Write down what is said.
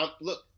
Look